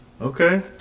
Okay